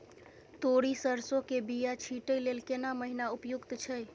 तोरी, सरसो के बीया छींटै लेल केना महीना उपयुक्त छै?